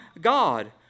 God